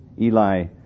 Eli